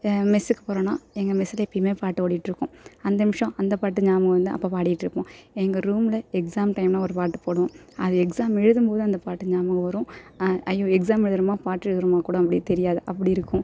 மெஸ்ஸுக்கு போகிறோன்னா எங்கள் மெஸ்ஸில் எப்பயுமே பாட்டு ஓடிகிட்ருக்கும் அந்த நிமிஷம் அந்த பாட்டு ஞாபகம் வந்தால் அப்போ பாடிகிட்ருப்போம் எங்கள் ரூமில் எக்ஸாம் டைம்னால் ஒரு பாட்டு போடுவோம் அது எக்ஸாம் எழுதும்போது அந்த பாட்டு ஞாபகம் வரும் ஐயோ எக்ஸாம் எழுதுகிறமா பாட்டு எழுதுறமான்னு கூட அப்படியே தெரியாது அப்படி இருக்கும்